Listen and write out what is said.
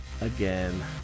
again